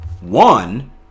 One